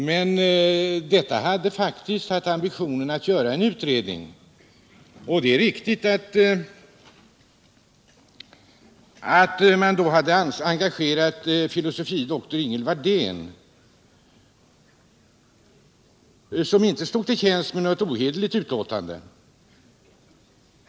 Men detta utskott hade faktiskt ambitionen att göra en utredning, och det är riktigt att man då hade engagerat fil. dr. Ingel Wadén som inte stod till tjänst med något ohederligt utlåtande.